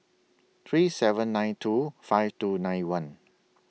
three seven nine two five two nine one